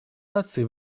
наций